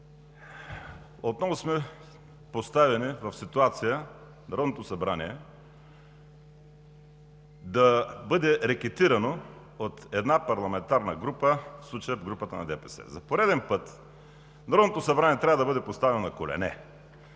Отново сме поставени в ситуация Народното събрание да бъде рекетирано от една парламентарна група, в случая групата на ДПС. За пореден път Народното събрание трябва да бъде поставено на колене.